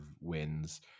wins